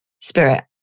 spirit